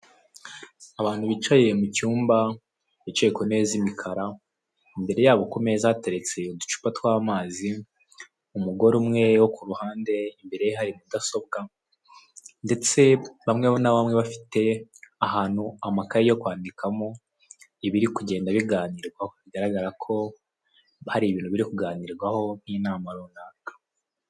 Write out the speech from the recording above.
Abantu bicaye mu cyumba bicaye ku ntebe z'imikara, imbere yabo ku meza hateretse uducupa tw'amazi umugore umwe wo ku ruhande imbere ye hari mudasobwa ndetse bamwe na bamwe bafite ahantu amakayi yo kwandikamo ibiri kugenda biganirwaho bigaragara ko hari ibintu biri kuganirwaho n'inama runaka